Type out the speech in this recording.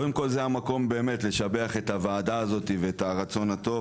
קודם כל זה המקום באמת לשבח את הוועדה הזאת ואת הרצון הטוב,